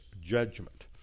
judgment